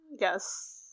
Yes